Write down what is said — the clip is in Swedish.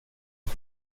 får